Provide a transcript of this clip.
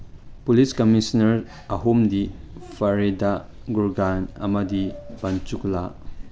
police commissioner ꯑꯍꯨꯝꯗꯤ ꯐꯔꯤꯗꯥ ꯒꯨꯔꯒꯥꯟ ꯑꯃꯗꯤ ꯄꯟꯆꯨꯛꯂꯥ